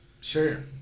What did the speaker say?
sure